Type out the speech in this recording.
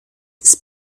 des